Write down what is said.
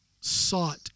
sought